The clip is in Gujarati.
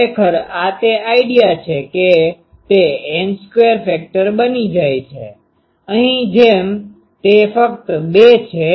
ખરેખર આ તે આઈડિયા છે કે તે N સ્ક્વેર ફેક્ટર બને છે અહીં જેમ તે ફક્ત 2 છે